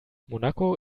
monaco